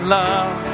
love